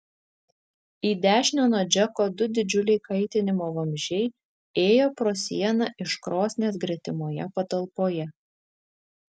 į dešinę nuo džeko du didžiuliai kaitinimo vamzdžiai ėjo pro sieną iš krosnies gretimoje patalpoje